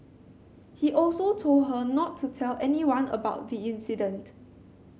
he also told her not to tell anyone about the incident